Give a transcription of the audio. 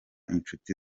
inshuti